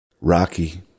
rocky